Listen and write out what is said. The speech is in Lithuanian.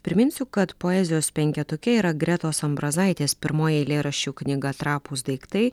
priminsiu kad poezijos penketuke yra gretos ambrazaitės pirmoji eilėraščių knyga trapūs daiktai